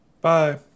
Bye